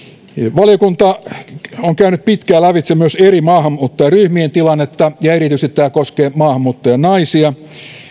valiokunta on käynyt pitkään lävitse myös eri maahanmuuttajaryhmien tilannetta ja erityisesti tämä koskee maahanmuuttajanaisia